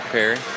Perry